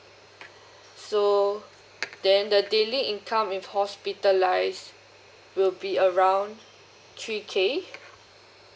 so then the daily income if hospitalised will be around three K